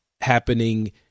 happening